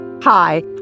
Hi